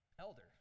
Elder